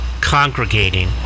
congregating